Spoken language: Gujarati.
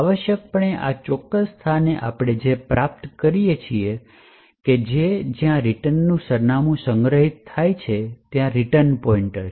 આવશ્યકપણે આ ચોક્કસ સ્થાને આપણે જે પ્રાપ્ત કરીએ છીએ તે કે જ્યાં રિટર્ન નું સરનામું સંગ્રહિત થાય છે ત્યાં રીટર્ન પોઇન્ટ છે